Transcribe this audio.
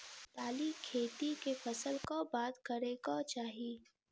दालि खेती केँ फसल कऽ बाद करै कऽ चाहि?